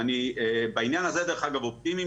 ואני בעניין הזה דרך אגב אופטימי,